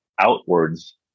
outwards